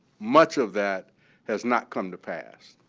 much of that has not come to pass.